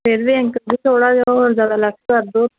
ਫਿਰ ਵੀ ਅੰਕਲ ਜੀ ਥੋੜ੍ਹਾ ਜਿਹਾ ਹੋਰ ਜ਼ਿਆਦਾ ਲੈੱਸ ਕਰ ਦਿਓ